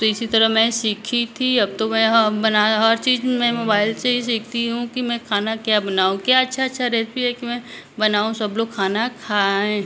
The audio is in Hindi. तो इसी तरह मैं सीखी थी अब तो मैं बनाना हर चीज मैं मोबाइल से ही सीखती हूँ कि मैं खाना क्या बनाऊँ क्या अच्छा अच्छा रेसिपी है कि मैं बनाऊँ सब लोग खाना खाएँ